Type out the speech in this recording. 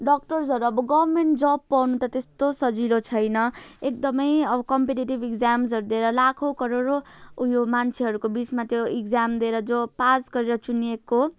डक्टर्सहरू अब गभर्मेन्ट जब पाउनु त त्यस्तो सजिलो छैन एकदमै अब कम्पिटेटिभ एक्जाम्सहरू दिएर लाखौँ करोडौँ उयो मान्छेहरूको बिचमा त्यो एक्जाम दिएर जो पास गरेर चुनिएको